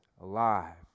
alive